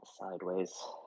Sideways